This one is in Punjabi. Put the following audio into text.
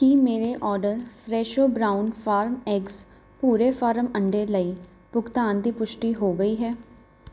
ਕੀ ਮੇਰੇ order Fresho brown farm eggs ਭੂਰੇ ਫਾਰਮ ਅੰਡੇ ਲਈ ਭੁਗਤਾਨ ਦੀ ਪੁਸ਼ਟੀ ਹੋ ਗਈ ਹੈ